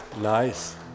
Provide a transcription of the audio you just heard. Nice